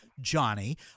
johnny